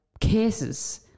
cases